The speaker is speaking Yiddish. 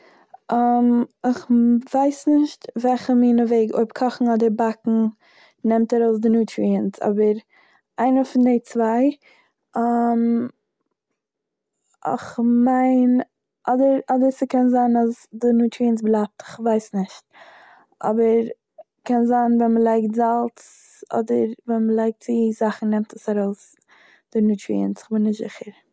איך ווייס נישט וועלכע מינע וועג, אויב קאכן אדער באקן נעמט ארויס די נאטריאנס, אבער איינע פון די צוויי, איך מיין- אדער- אדער ס'קען זיין אז די נאטריאנס בלייבט, איך ווייס נישט, אבער קען זיין ווען מ'לייגט זאלץ אדער ווען מ'לייגט צו זאכן נעמט עס ארויס די נאטריאנס, כ'בין נישט זיכער.